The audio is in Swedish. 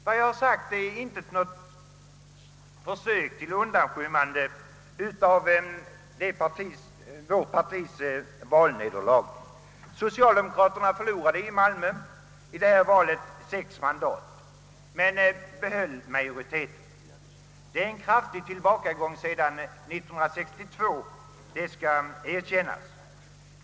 Vad jag har sagt är inte något försök att undanskymma vårt partis valnederlag. Socialdemokraterna förlorade i Malmö sex mandat men behöll majoriteten. Det är en kraftig tillbakagång sedan 1962, det skall erkännas.